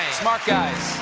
smart guys.